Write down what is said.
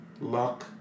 luck